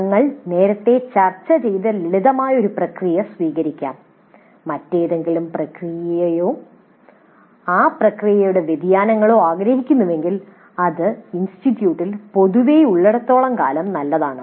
ഞങ്ങൾ നേരത്തെ ചർച്ച ചെയ്ത ലളിതമായ ഒരു പ്രക്രിയ സ്വീകരിക്കാം മറ്റേതെങ്കിലും പ്രക്രിയയോ ആ പ്രക്രിയയുടെ വ്യതിയാനങ്ങളോ ആഗ്രഹിക്കുന്നുവെങ്കിൽ അത് ഇൻസ്റ്റിറ്റ്യൂട്ടിൽ പൊതുവേയുള്ളിടത്തോളം കാലം നല്ലതാണ്